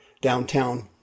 downtown